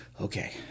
okay